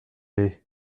est